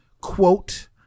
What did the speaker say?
quote